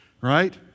right